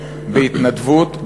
בהתנדבות,